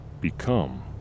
become